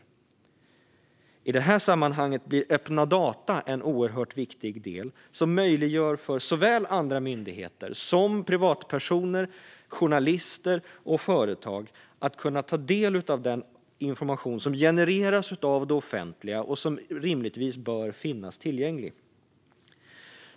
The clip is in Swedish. I det här sammanhanget blir öppna data en oerhört viktig del som möjliggör för såväl andra myndigheter som privatpersoner, journalister och företag att ta del av den information som genereras av det offentliga och som rimligtvis bör finnas tillgänglig.